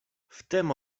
wtem